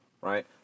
right